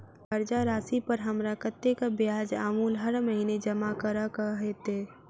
कर्जा राशि पर हमरा कत्तेक ब्याज आ मूल हर महीने जमा करऽ कऽ हेतै?